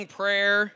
prayer